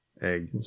Egg